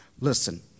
Listen